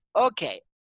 okay